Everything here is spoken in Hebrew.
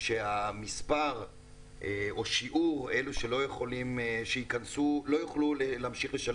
שהמספר או שיעור אלו שלא יוכלו להמשיך לשלם